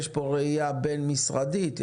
יש פה ראייה בין-משרדית.